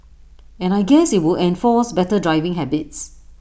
and I guess IT would enforce better driving habits